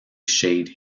shade